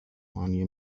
مهمانی